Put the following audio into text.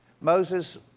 Moses